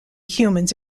humans